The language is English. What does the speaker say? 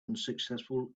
unsuccessful